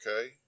Okay